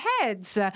heads